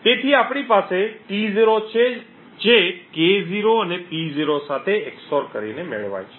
તેથી આપણી પાસે T0 છે જે K0 અને P0 સાથે XOR મેળવે છે